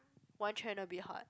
one channel a bit hard